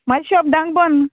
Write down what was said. म्हाजी शोप धांक बंद